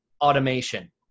automation